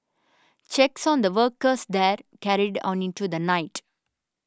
checks on the workers there carried on into the night